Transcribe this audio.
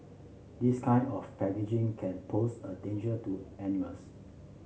this kind of packaging can pose a danger to animals